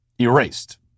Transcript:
erased